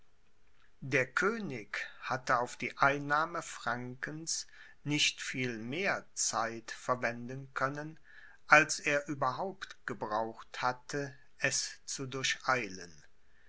der könig hatte auf die einnahme frankens nicht viel mehr zeit verwenden können als er überhaupt gebraucht hatte es zu durcheilen